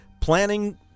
planning